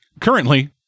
currently